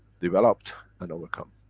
developed and overcome.